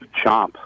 Chomp